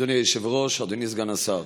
אדוני היושב-ראש, אדוני סגן השר,